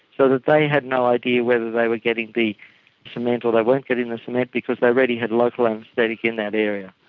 so that they had no idea whether they were getting the cement or they weren't getting the cement because they already had a local anaesthetic in that area.